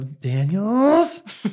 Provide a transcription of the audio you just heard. Daniels